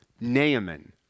Naaman